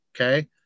Okay